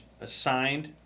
assigned